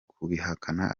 kubihakana